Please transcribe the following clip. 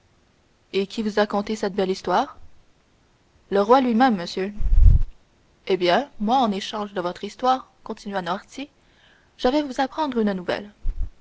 et qui vous a conté cette belle histoire le roi lui-même monsieur eh bien moi en échange de votre histoire continua noirtier je vais vous apprendre une nouvelle